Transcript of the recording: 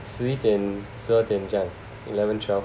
十一点十二点这样 eleven twelve